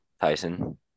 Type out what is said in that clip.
Tyson